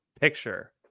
picture